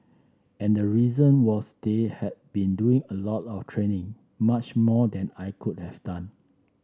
and the reason was they had been doing a lot of training much more than I could have done